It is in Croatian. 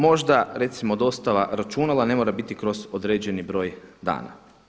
Možda recimo dostava računala ne mora biti kroz određeni broj dana.